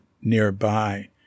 nearby